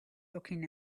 looking